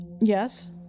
Yes